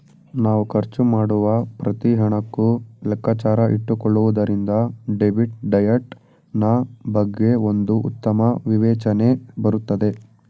ನಾವ್ ಖರ್ಚು ಮಾಡುವ ಪ್ರತಿ ಹಣಕ್ಕೂ ಲೆಕ್ಕಾಚಾರ ಇಟ್ಟುಕೊಳ್ಳುವುದರಿಂದ ಡೆಬಿಟ್ ಡಯಟ್ ನಾ ಬಗ್ಗೆ ಒಂದು ಉತ್ತಮ ವಿವೇಚನೆ ಬರುತ್ತದೆ